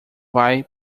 vai